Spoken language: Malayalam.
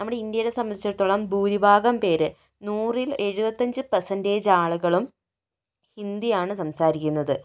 നമ്മുടെ ഇന്ത്യയെ സംബന്ധിച്ചിടത്തോളം ഭൂരിഭാഗം പേർ നൂറിൽ എഴുപത്തി അഞ്ച് പെർസെന്റേജ് ആളുകളും ഹിന്ദിയാണ് സംസാരിക്കുന്നത്